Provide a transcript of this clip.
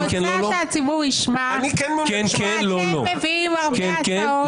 אני רוצה שהציבור ישמע שאתם מביאים הרבה הצעות,